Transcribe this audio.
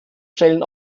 stellen